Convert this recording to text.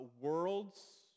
worlds